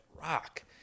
rock